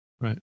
Right